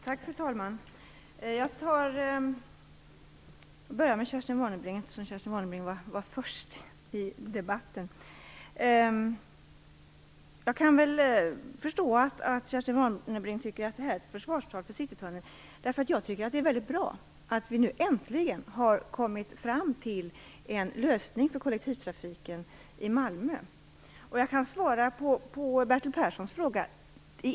Fru talman! Jag börjar med Kerstin Warnerbrings frågor, eftersom Kerstin Warnerbring var först i debatten. Jag kan förstå att Kerstin Warnerbring tycker att det är ett försvarstal för Citytunneln. Jag tycker att det är väldigt bra att vi nu äntligen har kommit fram till en lösning för kollektivtrafiken i Malmö. Jag kan i ett svep svara på Bertil Perssons fråga.